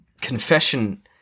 confession